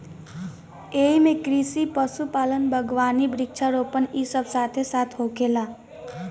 एइमे कृषि, पशुपालन, बगावानी, वृक्षा रोपण इ सब साथे साथ होखेला